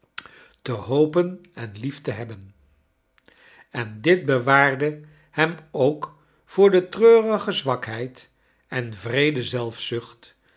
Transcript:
te hopen en lief te hebben en dit bewaarde hem ook voor de treurige zwakheid en wreede